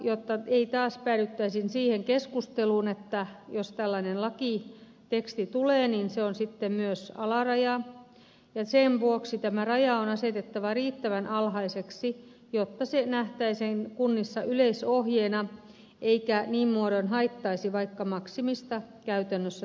jotta ei taas päädyttäisi siihen keskusteluun että jos tällainen lakiteksti tulee se on myös sitten alaraja sen vuoksi tämä raja on asetettava riittävän alhaiseksi jotta se nähtäisiin kunnissa yleisohjeena eikä niin muodoin haittaisi vaikka maksimista käytännössä tulisi jopa minimi